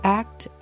act